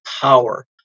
power